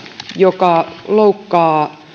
joka loukkaa